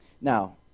now